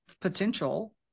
potential